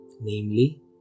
namely